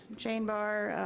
jane barr,